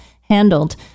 handled